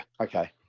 Okay